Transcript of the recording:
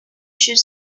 should